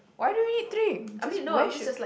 why do we drink just where should